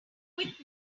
quick